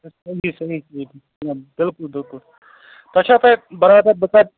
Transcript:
سحیح سحیح بِلکُل بِلکُل تۄہہِ چھا پاے برادَر بہٕ کتہِ